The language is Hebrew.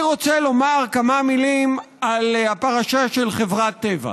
אני רוצה לומר כמה מילים על הפרשה של חברת טבע.